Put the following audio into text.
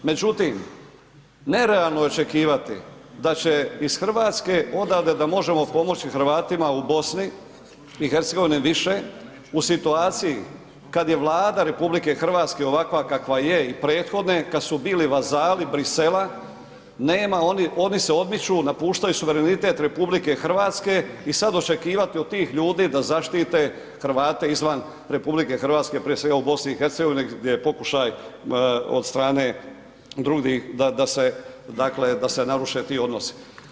Međutim, nerealno je očekivati da će iz Hrvatske odavde da možemo pomoći Hrvatima u Bosni i Hercegovini više u situaciji kada je Vlada RH ovakva kakva je i prethodne kada su bili vazali Brisela, nema, oni se odmiču, napuštaju suverenitet RH i sad očekivati od tih ljudi da zaštite Hrvate izvan RH, prije svega u Bosni i Hercegovini gdje je pokušaj od strane drugih da se naruše ti odnosi.